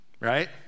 right